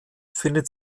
findet